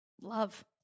Love